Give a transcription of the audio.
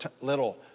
little